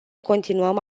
continuăm